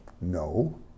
No